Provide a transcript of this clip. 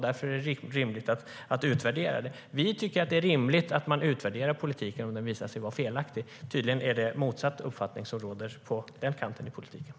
Därför är det rimligt att utvärdera det.